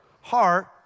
heart